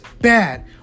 bad